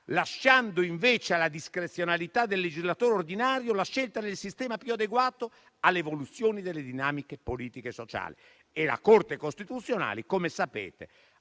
lasciando invece alla discrezionalità del legislatore ordinario la scelta del sistema più adeguato all'evoluzione delle dinamiche politiche e sociali. La Corte costituzionale, come sapete,